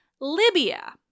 Libya